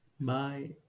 Bye